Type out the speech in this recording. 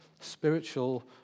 spiritual